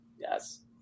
Yes